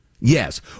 Yes